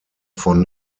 von